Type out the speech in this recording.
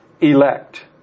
elect